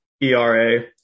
ERA